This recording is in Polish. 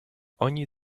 oni